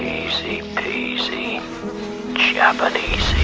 easy peasy japanesey.